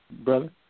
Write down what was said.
Brother